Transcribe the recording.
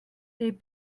they